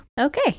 Okay